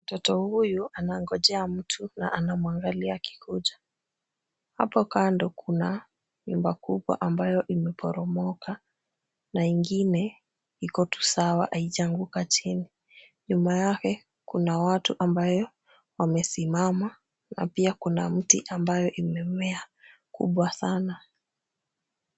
Mtoto huyu anangojea mtu na anamwangalia akikuja. Hapo kando kuna nyumba kubwa ambayo imeporomoka na ingine iko tu sawa haijaanguka chini. Nyuma yake kuna watu ambayo wamesimama na pia kuna mti ambayo imemea kubwa sana.